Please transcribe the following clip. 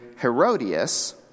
Herodias